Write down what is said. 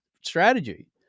strategy